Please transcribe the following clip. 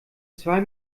zwei